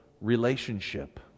relationship